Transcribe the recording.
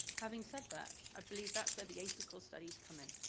having said that, i believe that's where the apical studies come in.